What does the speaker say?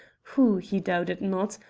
who, he doubted not,